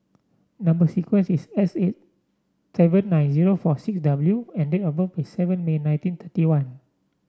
number sequence is S eight seven nine zero four six W and date of birth is seven May nineteen thirty one